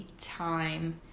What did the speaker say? time